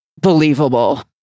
believable